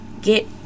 get